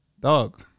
dog